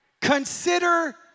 Consider